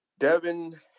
Devin